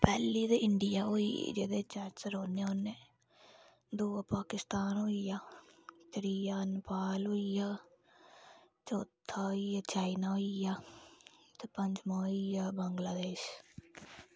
पहली ते इडियां होई जेहदे बिच अस रौहन्ने होन्ने हां दूआ पाकिस्तान होई गेआ त्रीआ नेपाल होई गेआ चोथा होई गेआ चाइना होई गया ते पंजमा होई गेआ बगलादेश